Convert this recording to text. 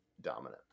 dominant